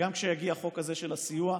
וגם כשיגיע החוק הזה של הסיוע,